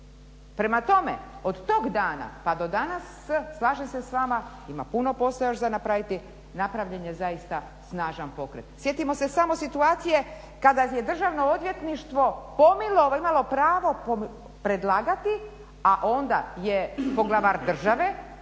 Prema tome, od tog dana pa do danas slažem se s vama, ima puno posla još za napraviti, napravljen je zaista snažan pokret. Sjetimo se samo situacije kada je Državno odvjetništvo pomilovalo, imalo pravo predlagati, a onda je poglavar države